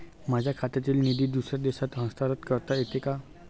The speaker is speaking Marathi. माझ्या खात्यातील निधी दुसऱ्या देशात हस्तांतर करता येते का?